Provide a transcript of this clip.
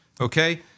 Okay